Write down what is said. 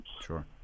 Sure